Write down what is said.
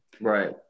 Right